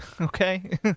okay